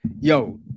yo